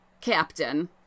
captain